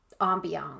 ambiance